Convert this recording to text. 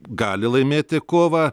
gali laimėti kovą